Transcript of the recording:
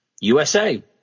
USA